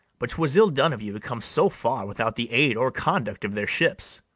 but twas ill done of you to come so far without the aid or conduct of their ships.